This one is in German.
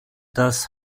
das